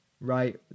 right